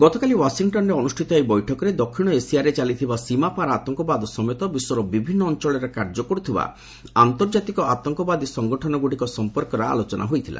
ଗତକାଲି ଓ୍ୱାଶିଂଟନରେ ଅନୁଷ୍ଠିତ ଏହି ବୈଠକରେ ଦକ୍ଷିଣ ଏସିଆରେ ଚାଲିଥିବା ସୀମାପାର ଆତଙ୍କବାଦ ସମେତ ବିଶ୍ୱର ବିଭିନ୍ନ ଅଞ୍ଚଳରେ କାର୍ଯ୍ୟ କରୁଥିବା ଆନ୍ତର୍କାତିକ ଆତଙ୍କବାଦୀ ସଙ୍ଗଠନଗୁଡ଼ିକ ସମ୍ପର୍କରେ ଆଲୋଚନା ହୋଇଥିଲା